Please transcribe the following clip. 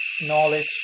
knowledge